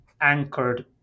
anchored